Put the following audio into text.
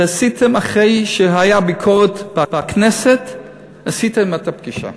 אחרי שהייתה ביקורת בכנסת עשיתם את הפגישה,